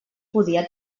podia